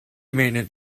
maintenance